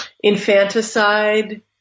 infanticide